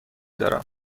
دارم